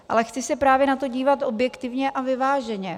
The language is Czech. Ale chci se právě na to dívat objektivně a vyváženě.